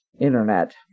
internet